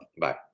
Bye